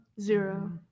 zero